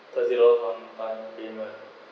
does it all one time payment